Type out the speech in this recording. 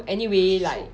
anyway like